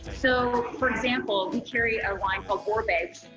so for example, we carry a line called orbe,